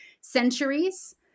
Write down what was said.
centuries